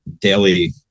daily